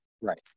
Right